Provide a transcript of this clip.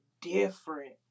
different